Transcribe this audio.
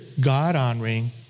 God-honoring